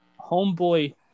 Homeboy